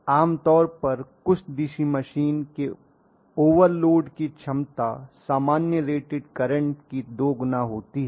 आम तौर पर कुछ डीसी मशीन के ओवर लोड की क्षमता सामान्य रेटेड करंट की दो गुना होती है